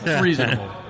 reasonable